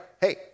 hey